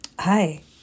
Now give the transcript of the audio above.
Hi